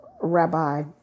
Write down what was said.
Rabbi